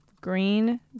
Green